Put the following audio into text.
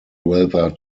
weather